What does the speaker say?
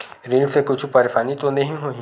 ऋण से कुछु परेशानी तो नहीं होही?